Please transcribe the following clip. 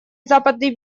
западный